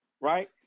right